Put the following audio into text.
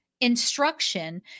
instruction